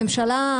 הממשלה,